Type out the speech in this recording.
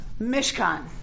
Mishkan